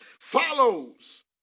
follows